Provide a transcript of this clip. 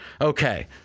Okay